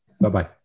Bye-bye